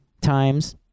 times